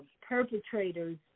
perpetrators